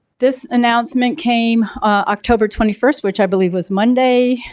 this announcement came october twenty first, which i believe was monday.